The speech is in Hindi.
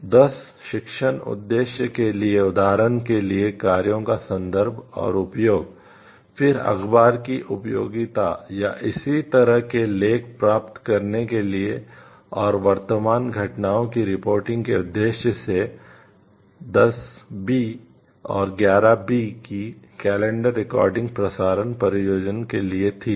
10 शिक्षण उद्देश्यों के लिए उदाहरण के लिए कार्यों का संदर्भ और उपयोग फिर अखबार की उपयोगिता या इसी तरह के लेख प्राप्त करने के लिए और वर्तमान घटनाओं की रिपोर्टिंग प्रसारण प्रयोजनों के लिए थी